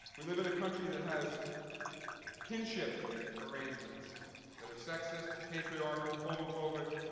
we live in a country that has kinship arrangements that are sexist, patriarchal, homophobic,